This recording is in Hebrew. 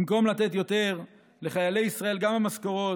במקום לתת יותר לחיילי ישראל, גם במשכורות,